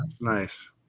nice